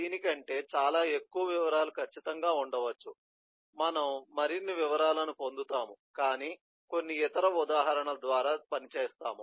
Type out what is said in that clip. దీని కంటే చాలా ఎక్కువ వివరాలు ఖచ్చితంగా ఉండవచ్చు మనము మరిన్ని వివరాలను పొందుతాము కాని కొన్ని ఇతర ఉదాహరణల ద్వారా పని చేద్దాం